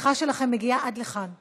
השיחה שלכם מגיעה עד לכאן.